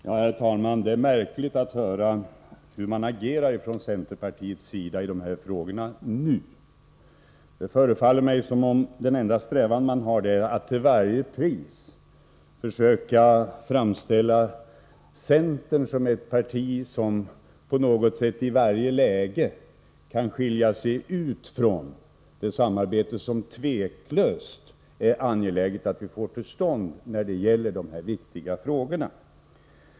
Herr talman! Det är märkligt att erfara hur man från centerns sida nu agerar i de här frågorna. Det förefaller mig som om den enda strävan man har är att till varje pris framställa centern som ett parti som i varje läge kan skilja sig ut från ett samarbete som utan tvivel är angeläget att få till stånd när det gäller de här viktiga frågorna.